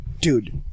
dude